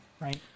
right